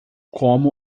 como